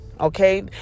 Okay